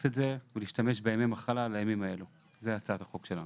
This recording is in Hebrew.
זאת הצעת החוק שלנו.